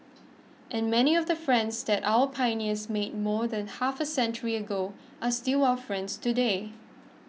and many of the friends that our pioneers made more than half a century ago are still our friends today